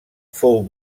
fou